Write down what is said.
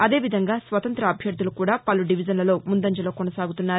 అదేవిధంగా స్వతంత్ర అభ్యర్థులు కూడా పలు డివిజన్లలో ముందంజలో కానసాగుతున్నారు